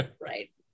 right